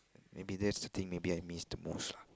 maybe that's the thing maybe I missed the most lah